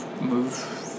move